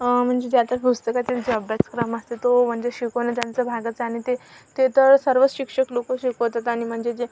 म्हणजे ज्याच्या पुस्तकातील जे अभ्यासक्रम असतो तो म्हणजे शिकवणं त्यांचं भागच आहे आणि ते ते तर सर्वच शिक्षक लोकं शिकवतात आणि म्हणजे जे